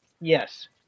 Yes